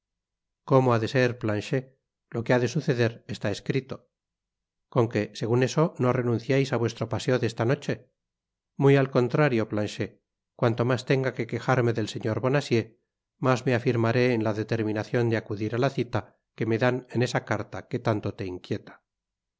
como ha de ser planchet lo que ha de suceder está escrito con que segun eso no renunciais á vuestro paseo de esta noche muy al contrario planchet cuanto mas tenga que quejarme del señor bonacieux mas me afirmaré en la determinacion de acudir á la cita que me dan en esa carta que tanto te inquieta